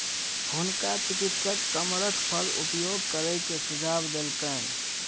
हुनका चिकित्सक कमरख फल उपभोग करै के सुझाव देलकैन